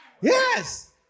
Yes